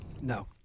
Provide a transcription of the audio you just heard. No